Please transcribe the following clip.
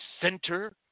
center